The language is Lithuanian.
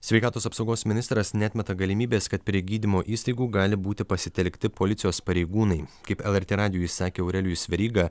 sveikatos apsaugos ministras neatmeta galimybės kad prie gydymo įstaigų gali būti pasitelkti policijos pareigūnai kaip lrt radijui sakė aurelijus veryga